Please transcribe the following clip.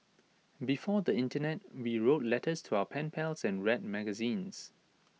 before the Internet we wrote letters to our pen pals and read magazines